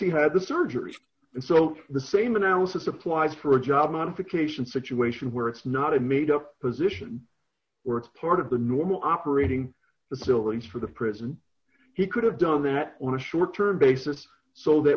he had the surgery and so the same analysis applied for a job modification situation where it's not a made up position where it's part of the normal operating the syllabus for the prison he could have done that on a short term basis so that